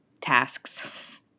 tasks